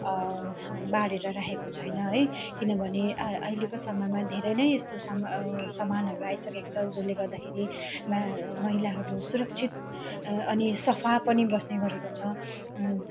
बारेर राखेको छैन है किनभने अ अहिलेको समयमा धेरै नै यस्तोसँग सामा सामानहरू आइसकेको छ जसले गर्दाखेरि म महिलाहरू सुरक्षित अ अनि सफा पनि बस्ने गरेको छ